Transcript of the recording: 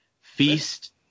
Feast